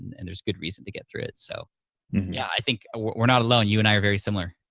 and and there's good reason to get through it. so yeah, i think we're not alone. you and i are very similar.